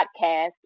podcast